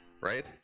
Right